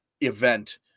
event